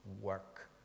work